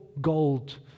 gold